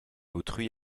autrui